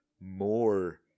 more